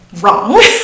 wrong